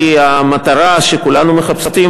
כי המטרה שכולנו מחפשים,